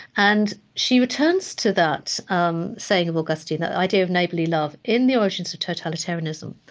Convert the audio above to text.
and she returns to that um saying of augustine, the idea of neighborly love in the origins of totalitarianism,